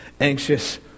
anxious